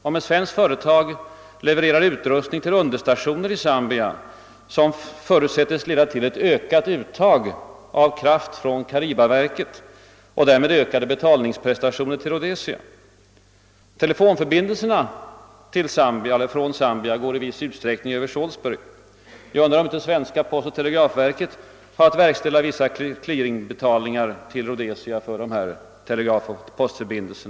Om ett svenskt företag l1evererar utrustning till understationer i Zambia kan det förutsättas leda till ett ökat uttag av kraft från Caribaverket och därmed ökade betalningsprestationer till Rhodesia. Telefonförbindelserna från Zambia går i viss utsträckning över Salisbury. Jag undrar om inte de svenska postoch televerken har att verkställa vissa clearingbetalningar ' till Rhodesia för telegrafoch postförbindelser.